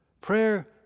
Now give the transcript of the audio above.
Prayer